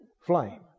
flame